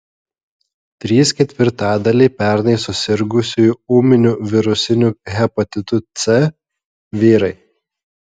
trys ketvirtadaliai pernai susirgusiųjų ūminiu virusiniu hepatitu c vyrai